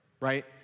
right